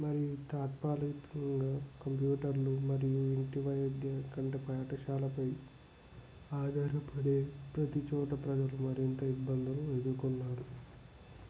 మరియు తాత్కాలికంగా కంప్యూటర్లు మరియు ఇంటి వద్ద పాఠశాల పై ఆధారపడే ప్రతి చోట ప్రజలు మరింత ఇబ్బందులను ఎదుర్కొన్నారు